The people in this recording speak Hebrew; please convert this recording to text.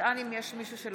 עמיחי שיקלי,